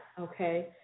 okay